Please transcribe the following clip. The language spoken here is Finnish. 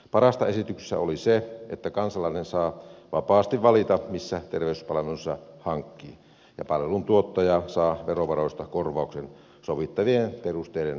parasta esityksessä oli se että kansalainen saa vapaasti valita mistä terveyspalvelunsa hankkii ja palveluntuottaja saa verovaroista korvauksen sovittavien perusteiden mukaan